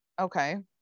okay